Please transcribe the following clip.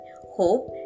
Hope